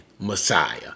Messiah